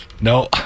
No